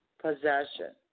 possession